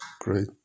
great